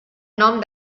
nom